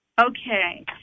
Okay